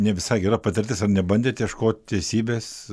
ne visai gera patirtis ar nebandėt ieškot teisybės